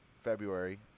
February